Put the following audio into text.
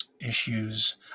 issues